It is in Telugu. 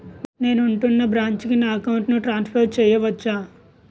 నేను ఉంటున్న బ్రాంచికి నా అకౌంట్ ను ట్రాన్సఫర్ చేయవచ్చా?